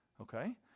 okay